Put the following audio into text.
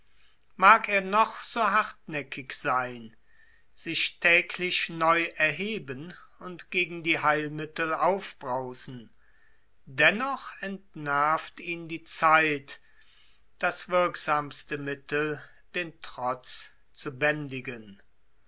mag er noch so hartnäckig sein sich täglich erheben und gegen die heilmittel aufbrausen dennoch entnervt ihn die zeit das wirksamste mittel den trotz zu bändigen